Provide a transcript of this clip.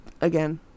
again